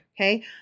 Okay